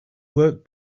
work